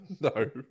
No